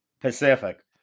Pacific